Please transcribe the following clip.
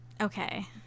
Okay